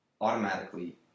Automatically